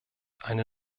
eine